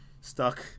stuck